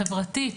החברתית,